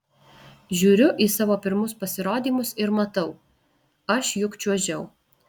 žiūriu į savo pirmus pasirodymus ir matau aš juk čiuožiau